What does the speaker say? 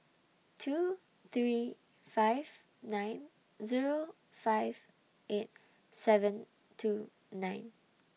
two three five nine Zero five eight seven two nine